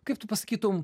kaip tu pasakytum